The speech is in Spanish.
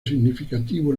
significativo